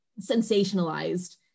sensationalized